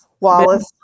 Wallace